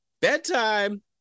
Bedtime